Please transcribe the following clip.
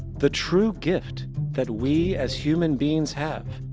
the true gift that we as human beings have,